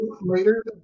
Later